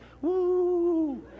Woo